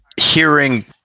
hearing